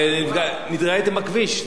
והתראיתם בכביש.